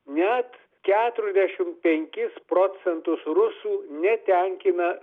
net keturiasdešimt penkis procentus rusų netenkina